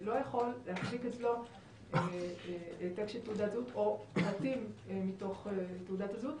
לא יכול להחזיק אצלו העתק של תעודת זהות או פרטים מתוך תעודת הזהות.